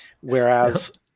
Whereas